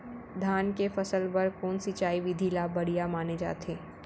धान के फसल बर कोन सिंचाई विधि ला बढ़िया माने जाथे?